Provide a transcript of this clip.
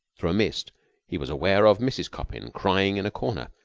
through a mist he was aware of mrs. coppin crying in a corner,